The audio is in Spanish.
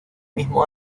mismo